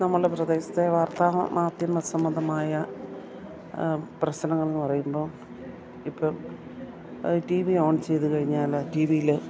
നമ്മളുടെ പ്രദേശത്തെ വാർത്താ മാധ്യമസംബന്ധമായ പ്രശനങ്ങളെന്നു പറയുമ്പം ഇപ്പം ടി വി ഓൺ ചെയ്തുകഴിഞ്ഞാൽ ടീ വിയിൽ